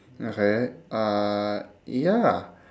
okay uh ya